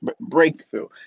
breakthrough